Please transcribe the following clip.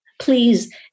please